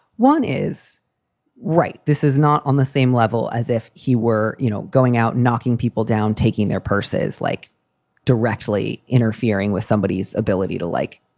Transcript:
one is right. this is not on the same level as if he were you know going out, knocking people down, taking their purses, like directly interfering with somebody's ability to, like,